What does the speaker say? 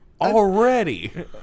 Already